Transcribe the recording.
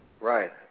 Right